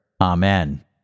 Amen